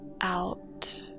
out